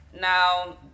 Now